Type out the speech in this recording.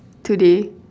today